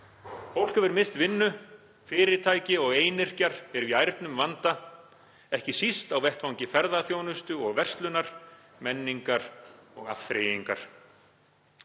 Fólk hefur misst vinnu, fyrirtæki og einyrkjar eru í ærnum vanda, ekki síst á vettvangi ferðaþjónustu og verslunar, menningar og afþreyingar.